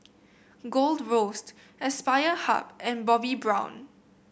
Gold Roast Aspire Hub and Bobbi Brown